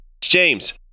James